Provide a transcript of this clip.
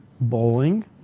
bowling